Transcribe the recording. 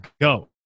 Go